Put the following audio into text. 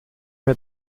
mir